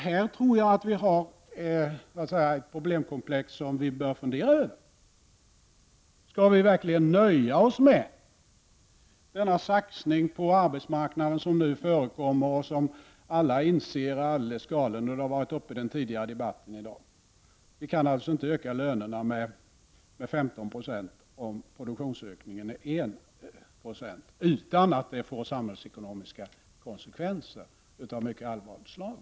Här tror jag att vi har ett problemkomplex som vi bör fundera över. Skall vi verkligen nöja oss med denna saxning på arbetsmarknaden som nu förekommer och som alla inser är alldeles galen? Den frågan har varit uppe i debatten tidigare i dag. Vi kan alltså inte öka lönerna med 15 20 om produktionsökningen är 196 utan att det får samhällsekonomiska konse kvenser av mycket allvarligt slag.